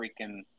freaking